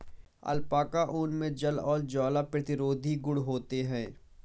alpaca ऊन मे जल और ज्वाला प्रतिरोधी गुण होते है